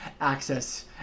access